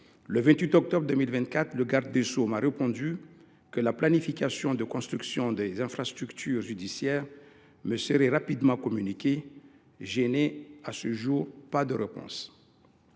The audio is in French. Le 28 octobre 2024, il m’a répondu que la planification de la construction des infrastructures judiciaires me serait rapidement communiquée. Je n’ai à ce jour pas d’autre réponse.